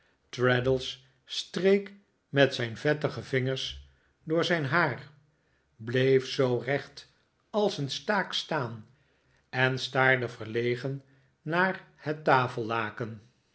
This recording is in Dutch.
traddles streek met zijn vettige vingers door zijn haar bleef zoo recht als een staak staan en staarde verlegen naar het tafellaken